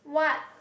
what